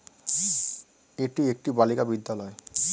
এটি একটি বালিকা বিদ্যালয়